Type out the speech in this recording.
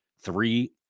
three –